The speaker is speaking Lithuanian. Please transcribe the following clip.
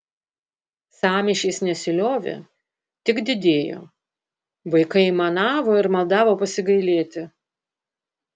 sąmyšis nesiliovė tik didėjo vaikai aimanavo ir maldavo pasigailėti